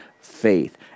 faith